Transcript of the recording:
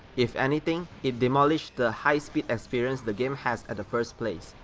if anything it demolished the high-speed experience the game has at the first place,